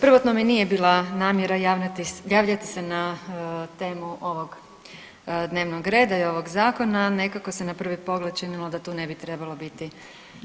Prvotno mi nije bila namjera javljati se na temu ovog dnevnog reda i ovog zakona, nekako se na prvi pogled činilo da tu ne bi trebalo biti